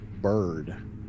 bird